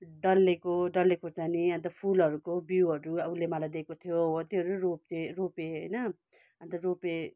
डल्लेको डल्ले खुर्सानी वा त फुलहरूको बिउहरू अब उसले मलाई दिएको थियो हो त्योहरू नि रोपेँ रोपेँ होइन अन्त रोपेँ